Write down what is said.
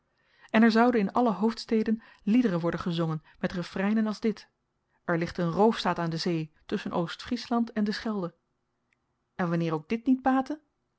en er zouden in alle hoofdsteden liederen worden gezongen met refreinen als dit er ligt een roofstaat aan de zee tusschen oostfriesland en de schelde en wanneer ook dit niet